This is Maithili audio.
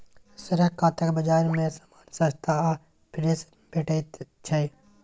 सड़क कातक बजार मे समान सस्ता आ फ्रेश भेटैत छै